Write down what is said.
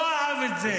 לא אהב את זה.